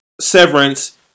severance